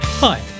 Hi